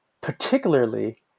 particularly